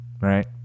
right